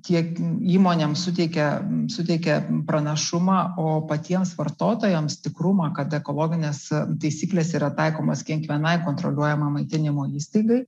tiek įmonėm suteikia suteikia pranašumą o patiems vartotojams ikrumą kad ekologinės taisyklės yra taikomos kiekvienai kontroliuojamo maitinimo įstaigai